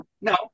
no